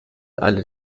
alle